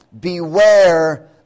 beware